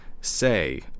say